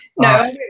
No